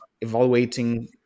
evaluating